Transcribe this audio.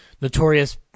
notorious